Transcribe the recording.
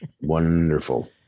Wonderful